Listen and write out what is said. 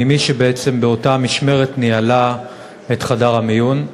ממי שבאותה משמרת ניהלה את חדר המיון.